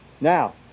Now